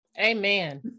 Amen